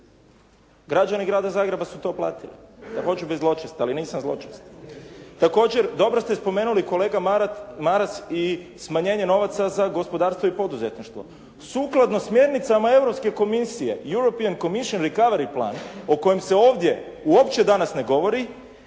ali nisam zločest. Također dobro ste spomenuli kolega Maras i smanjenje novaca za gospodarstvo i poduzetništvo. Sukladno smjernicama Europske komisije …/Govornik se ne razumije./… plan o kojem se ovdje uopće danas ne govori,